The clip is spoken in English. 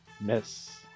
Miss